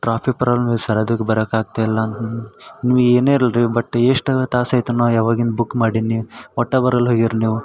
traffic sir ಅದಕ್ಕೆ ಬರಕ್ಕೆ ಆಗ್ತಾಯಿಲ್ಲ ನೀವು ಏನೇ ಇರಲಿ ಬಟ್ ಎಷ್ಟರ ತಾಸು ಆಯ್ತು ನಾ ಯಾವಾಗಿನ ಬುಕ್ ಮಾಡೀನಿ ನೀವು ಒಟ್ಟ ಬರಲ್ಲ ಹೋಗ್ಯರ ನೀವು